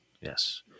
yes